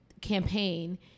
campaign